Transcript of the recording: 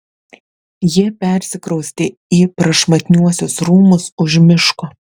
jie persikraustė į prašmatniuosius rūmus už miško